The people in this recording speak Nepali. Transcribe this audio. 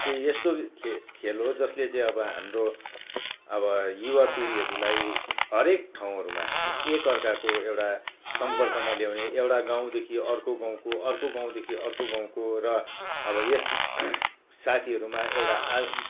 चाहिँ यस्तो खे खेल हो जसले चाहिँ अब हाम्रो अब युवापिँढीहरूलाई हरेक ठाउँहरूमा एकाअर्काको एउटा सम्पर्कमा ल्याउने एउटा गाउँदेखि अर्को गाउँको अर्को गाउँदेखि अर्को गाउँको र अब यस साथीहरू एउटा आ